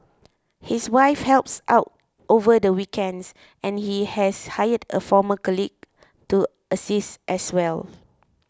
his wife helps out over the weekends and he has hired a former colleague to assist as well